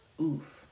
Oof